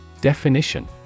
Definition